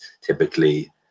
typically